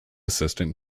assistant